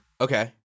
Okay